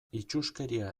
itsuskeria